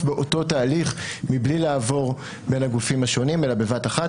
באותו תהליך מבלי לעבור בין הגופים השונים אלא בבת אחת.